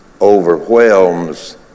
Overwhelms